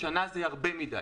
לדעתי, שנה זה הרבה מידי.